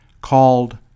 called